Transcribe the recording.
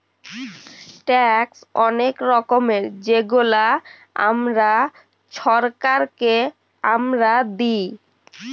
tax অলেক রকমের যেগলা আমরা ছরকারকে আমরা দিঁই